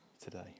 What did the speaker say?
today